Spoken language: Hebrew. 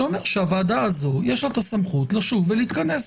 שאומר שהוועדה הזאת יש לה הסמכות לשוב ולהתכנס.